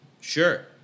Sure